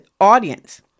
audience